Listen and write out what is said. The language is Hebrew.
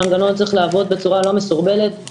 המנגנון צריך לעבוד בצורה לא מסורבלת.